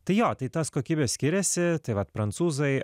tai jo tai tas kokybė skiriasi tai vat prancūzai